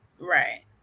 right